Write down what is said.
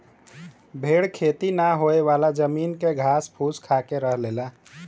भेड़ खेती ना होयेवाला जमीन के घास फूस खाके रह लेला